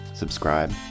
subscribe